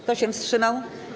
Kto się wstrzymał?